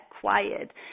quiet